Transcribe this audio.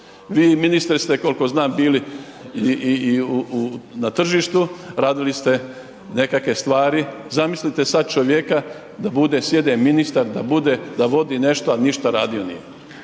Vi ministre ste koliko znam bili i na tržištu, radili ste nekakve stvari, zamislite sad čovjeka da bude, sjede ministar, da bude, da vodi nešto a ništa radio nije,